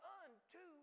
unto